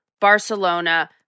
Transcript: Barcelona